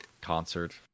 concert